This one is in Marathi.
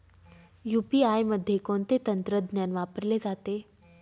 यू.पी.आय मध्ये कोणते तंत्रज्ञान वापरले जाते?